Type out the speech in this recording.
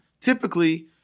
typically